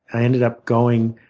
i ended up going